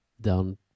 down